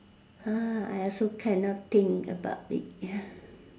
ah I also cannot think about it